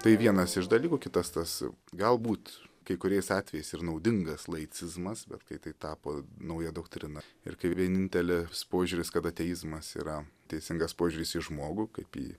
tai vienas iš dalykų kitas tas galbūt kai kuriais atvejais ir naudingas laicizmas bet kai tai tapo nauja doktrina ir kaip vienintelė požiūris kad ateizmas yra teisingas požiūris į žmogų kaip į